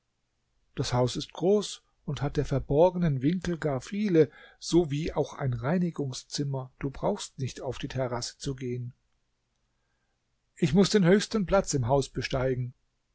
das haus ist groß und hat der verborgenen winkel gar viele sowie auch ein reinigungszimmer du brauchst nicht auf die terrasse zu gehen ich muß den höchsten platz im haus besteigen